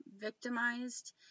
victimized